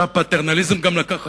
שם הפטרנליזם גם לקח אחריות,